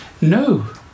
no